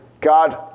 God